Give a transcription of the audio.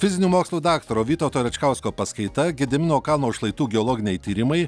fizinių mokslų daktaro vytauto račkausko paskaita gedimino kalno šlaitų geologiniai tyrimai